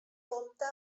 compta